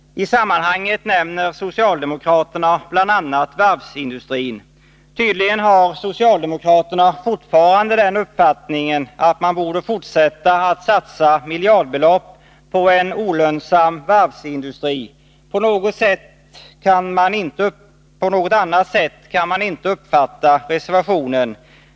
I sammanhanget nämner socialdemokraterna bl.a. varvsindustrin. Tydligen har socialdemokraterna fortfarande den uppfattningen att man borde fortsätta att satsa miljardbelopp på en olönsam varvsindustri. På något annat sätt kan man inte uppfatta reservationen.